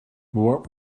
what